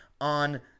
on